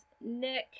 Nick